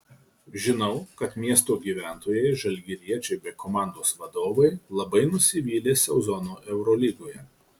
žinau kad miesto gyventojai žalgiriečiai bei komandos vadovai labai nusivylė sezonu eurolygoje